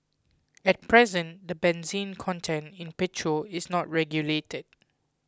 at present the benzene content in petrol is not regulated